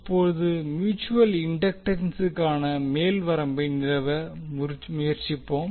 இப்போது மியூட்சுவல் இண்டக்டன்சுக்கான மேல் வரம்பை நிறுவ முயற்சிப்போம்